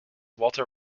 walter